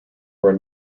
were